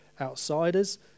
outsiders